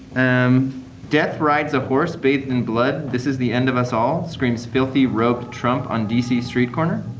um death rides a horse bathed in blood, this is the end of us all, screams filthy rogue trump on d c. street corner.